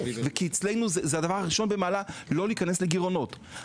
כי אצלנו זה הדבר הראשון במעלה לא להיכנס לגירעונות,